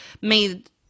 made